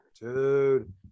dude